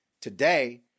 Today